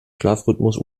schlafrhythmus